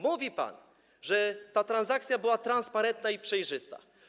Mówi pan, że ta transakcja była transparentna i przejrzysta.